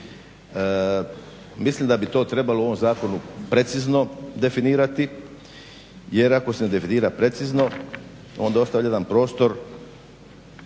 Mislim da bi to trebalo u ovom zakonu precizno definirati jer ako se ne definira precizno onda ostaje jedan prostor